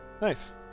Nice